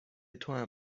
توام